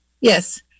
yes